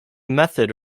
method